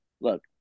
look